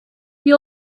the